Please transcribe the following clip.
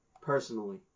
personally